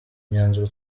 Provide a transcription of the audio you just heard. imyanzuro